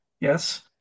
Yes